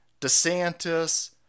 DeSantis